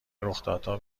رخدادها